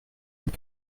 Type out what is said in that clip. and